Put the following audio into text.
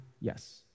yes